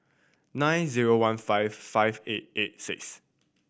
nine zero one five five eight eight six